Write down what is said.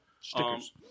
Stickers